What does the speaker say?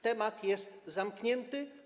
Temat jest zamknięty.